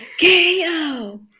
KO